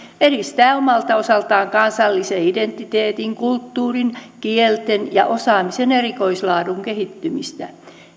edistää omalta osaltaan kansallisen identiteetin kulttuurin kielten ja osaamisen erikoislaadun kehittymistä